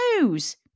news